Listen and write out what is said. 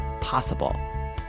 possible